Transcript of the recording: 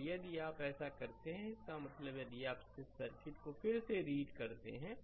तो यदि आप ऐसा करते हैं इसका मतलब है यदि आप इस सर्किट को फिर से रीड करते हैं